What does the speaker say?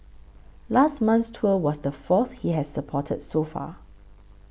last month's tour was the fourth he has supported so far